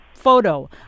photo